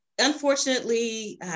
unfortunately